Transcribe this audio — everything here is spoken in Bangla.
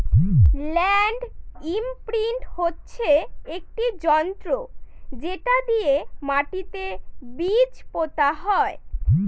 ল্যান্ড ইমপ্রিন্ট হচ্ছে একটি যন্ত্র যেটা দিয়ে মাটিতে বীজ পোতা হয়